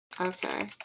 Okay